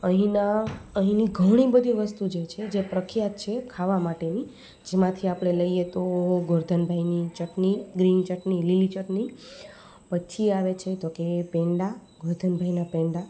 અહીંના અહીંની ઘણી બધી વસ્તુ જે છે જે પ્રખ્યાત છે ખાવા માટેની જેમાંથી આપણે લઈએ તો ગોર્ધન ભાઈની ચટણી ગ્રીન ચટણી લીલી ચટણી પછી આવે છે તો કે પેંડા ગોર્ધન ભાઈના પેંડા